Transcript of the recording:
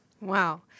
Wow